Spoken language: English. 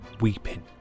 weeping